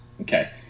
Okay